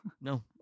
No